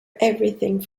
everything